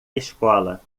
escola